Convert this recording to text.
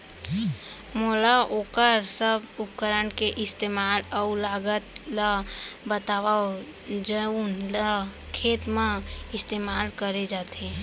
मोला वोकर सब उपकरण के इस्तेमाल अऊ लागत ल बतावव जउन ल खेत म इस्तेमाल करे जाथे?